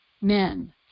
men